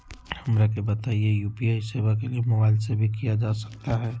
हमरा के बताइए यू.पी.आई सेवा के लिए मोबाइल से भी किया जा सकता है?